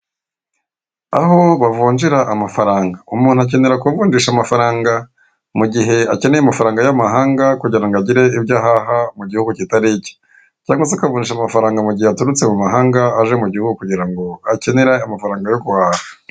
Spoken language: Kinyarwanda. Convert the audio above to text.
Aho bavunjira amafaranga, umuntu akenera kuvunjisha amafaranga mu gihe akeneye amafaranga y'amahanga kugira ngo agire ibyo ahaha mu gihugu kitari ike, cyangwa se akavunjisha amafaranga mu gihe aturutse mu mahanga aje mu gihugu kugira ngo akenere amafaranga yo guhaha.